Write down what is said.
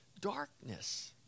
darkness